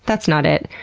that's not it.